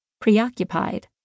preoccupied